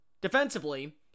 defensively